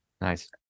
Nice